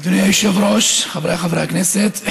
אדוני היושב-ראש, חבריי חברי הכנסת.